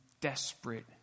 desperate